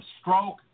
stroke